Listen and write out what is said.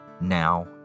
now